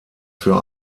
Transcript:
für